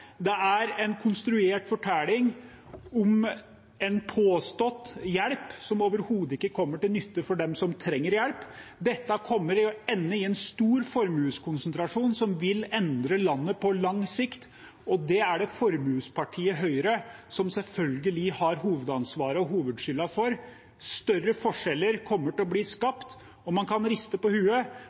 Det er en konstruert fortelling om en påstått hjelp som overhodet ikke kommer til nytte for dem som trenger hjelp. Dette kommer til å ende i en stor formueskonsentrasjon som vil endre landet på lang sikt, og det er det formuespartiet Høyre som selvfølgelig har hovedansvaret og hovedskylden for. Større forskjeller kommer til å bli skapt, og man kan riste på